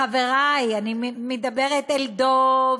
חברי, אני מדברת אל דב,